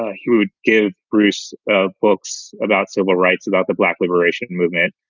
ah he would give bruce books about civil rights, about the black liberation movement.